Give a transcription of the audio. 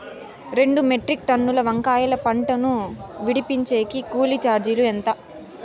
రెండు మెట్రిక్ టన్నుల వంకాయల పంట ను విడిపించేకి కూలీ చార్జీలు ఎంత?